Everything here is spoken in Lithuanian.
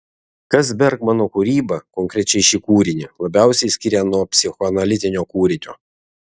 kas bergmano kūrybą konkrečiai šį kūrinį labiausiai skiria nuo psichoanalitinio kūrinio